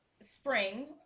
spring